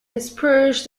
disperse